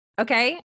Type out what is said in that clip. Okay